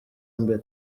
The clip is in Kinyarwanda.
mbere